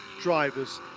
drivers